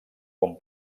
com